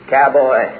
Cowboy